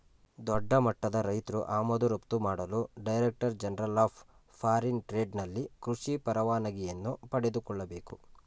ದೊಡ್ಡಮಟ್ಟದ ರೈತ್ರು ಆಮದು ರಫ್ತು ಮಾಡಲು director general of foreign trade ನಲ್ಲಿ ಕೃಷಿ ಪರವಾನಿಗೆಯನ್ನು ಪಡೆದುಕೊಳ್ಳಬೇಕು